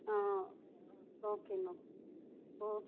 ah okay ma'am okay